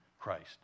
Christ